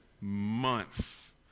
months